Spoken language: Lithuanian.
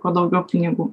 kuo daugiau pinigų